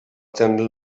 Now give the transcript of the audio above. tenir